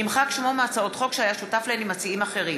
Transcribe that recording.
נמחק שמו מהצעות חוק שהיה שותף להן עם מציעים אחרים.